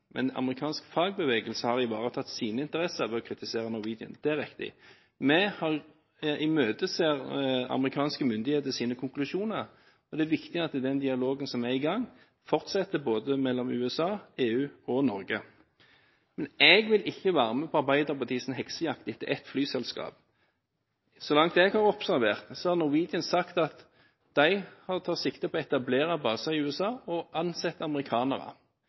Men amerikansk fagbevegelse har ivaretatt sine interesser ved å kritise Norwegian – det er riktig. Vi imøteser amerikanske myndigheters konklusjoner, og det er viktig at den dialogen som er i gang, fortsetter både mellom USA, EU og Norge. Jeg vil ikke være med på Arbeiderpartiets heksejakt på ett flyselskap. Så langt jeg har observert, har Norwegian sagt at de tar sikte på å etablere baser i USA og ansette amerikanere.